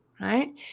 right